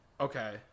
Okay